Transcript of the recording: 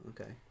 Okay